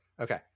okay